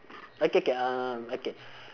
okay K um okay